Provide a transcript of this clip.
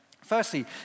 Firstly